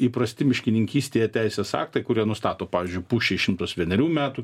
įprasti miškininkystėje teisės aktai kurie nustato pavyzdžiui pušys šimtas vienerių metų